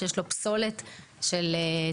שיש לו פסולת של תרופות,